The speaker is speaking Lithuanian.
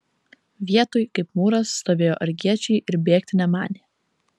vietoj kaip mūras stovėjo argiečiai ir bėgti nemanė